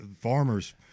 farmers